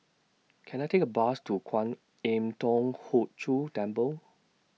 Can I Take A Bus to Kwan Im Thong Hood Cho Temple